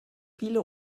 viele